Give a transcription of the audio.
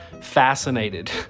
fascinated